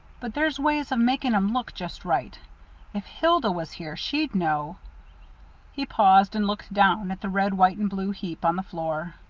but there's ways of making em look just right if hilda was here, she'd know he paused and looked down at the red, white, and blue heap on the floor.